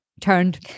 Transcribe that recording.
turned